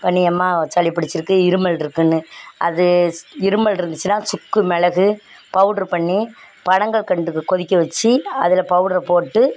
பண்ணி அம்மாவ் சளி பிடிச்சிருக்கு இருமல் இருக்குதுன்னு அது இருமல் இருந்துச்சுன்னா சுக்கு மிளகு பவுடர் பண்ணி பனங்கற்கண்டுக்கு கொதிக்க வச்சு அதில் பவுடரை போட்டு